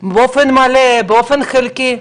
באופן מלא או באופן חלקי.